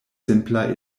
simpla